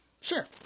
sure